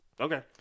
Okay